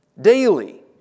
daily